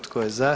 Tko je za?